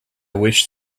wish